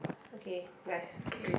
okay nice